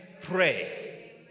pray